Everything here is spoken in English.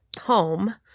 home